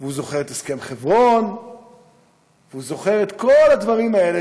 והוא זוכר את הסכם חברון והוא זוכר את כל הדברים האלה,